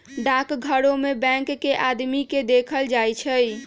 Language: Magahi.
डाकघरो में बैंक के आदमी के देखल जाई छई